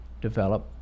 develop